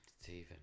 Stephen